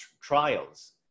trials